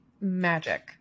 magic